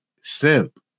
simp